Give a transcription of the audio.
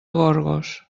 gorgos